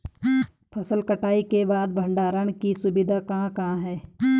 फसल कटाई के बाद भंडारण की सुविधाएं कहाँ कहाँ हैं?